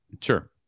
Sure